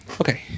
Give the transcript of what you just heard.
Okay